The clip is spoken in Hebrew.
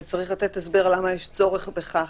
אז צריך לתת הסבר למה יש צורך בכך